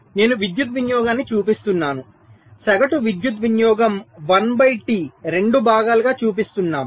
నేను విద్యుత్ వినియోగాన్ని చూపిస్తున్నాను సగటు విద్యుత్ వినియోగం 1 బై T రెండు భాగాలుగా చూపిస్తున్నాము